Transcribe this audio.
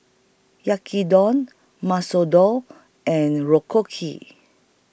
Yaki Dong Masoor Dal and